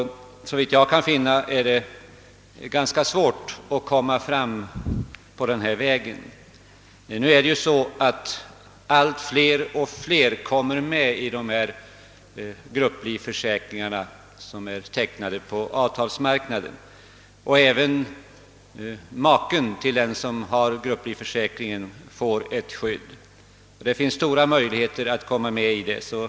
Såvitt jag kan finna, är det ganska svårt att komma fram på denna väg. Allt fler och fler kommer med i de grupplivförsäkringar som är tecknade på avtalsmarknaden. Även maken till den som har grupplivförsäkring får ett skydd. Det finns stora möjligheter att komma med i en grupplivförsäkring.